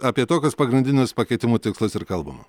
apie tokius pagrindinius pakeitimų tikslus ir kalbama